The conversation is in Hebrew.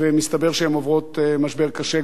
ומסתבר שהן עוברות משבר קשה.